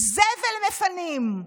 זבל מפנים,